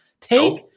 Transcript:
Take